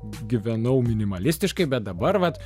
gyvenau minimalistiškai bet dabar vat